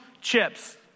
chips